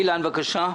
אילן גילאון, בבקשה.